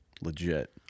legit